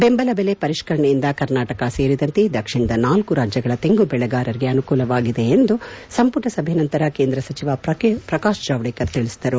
ಬೆಂಬಲ ಬೆಲೆ ಪರಿಷ್ಠರಣೆಯಿಂದ ಕರ್ನಾಟಕ ಸೇರಿದಂತೆ ದಕ್ಷಿಣದ ನಾಲ್ಕು ರಾಜ್ಯಗಳ ತೆಂಗು ಬೆಳಗಾರರಿಗೆ ಅನುಕೂಲವಾಗಲಿದೆ ಎಂದು ಸಂಪಟ ಸಭೆ ನಂತರ ಕೇಂದ್ರ ಸಚಿವ ಪ್ರಕಾಶ್ ಜಾವಡೇಕರ್ ತಿಳಿಸಿದರು